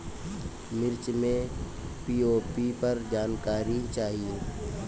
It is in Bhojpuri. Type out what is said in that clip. मिर्च मे पी.ओ.पी पर जानकारी चाही?